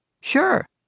Sure